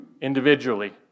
individually